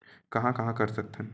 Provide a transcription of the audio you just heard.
कहां कहां कर सकथन?